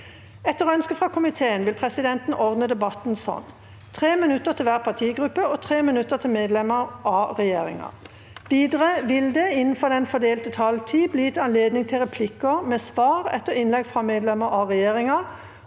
energi- og miljøkomiteen vil presidenten ordne debatten slik: 3 minutter til hver partigruppe og 3 minutter til medlemmer av regjeringen. Videre vil det – innenfor den fordelte taletid – bli gitt anledning til replikker med svar etter innlegg fra medlemmer av regjeringa,